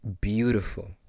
beautiful